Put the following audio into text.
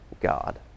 God